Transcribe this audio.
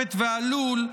הרפת והלול,